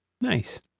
Nice